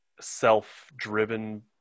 self-driven